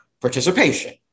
participation